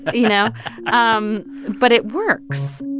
you know um but it works